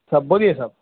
صاحب بولیے صاحب